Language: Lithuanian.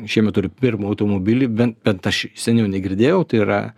šiemet turim pirmą automobilį ben bent aš seniau negirdėjau tai yra